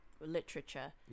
literature